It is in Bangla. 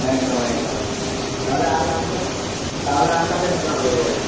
একদম একদম তাহলে আর কাকে তাওলে আর কাকে ডাকা হবে বল